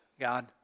God